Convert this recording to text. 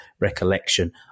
recollection